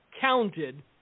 counted